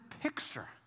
picture